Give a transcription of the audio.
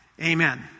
Amen